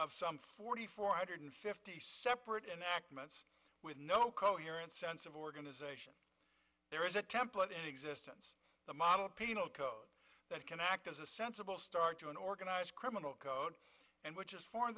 of some forty four hundred fifty separate enactments with no coherent sense of organization there is a template in existence the model penal code that can act as a sensible start to an organized criminal code and which is for